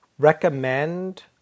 recommend